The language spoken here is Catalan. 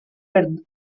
pels